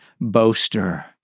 boaster